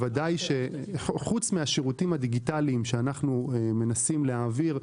חוץ מהשירותים הדיגיטליים שאנחנו מנסים להעביר,